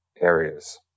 areas